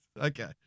okay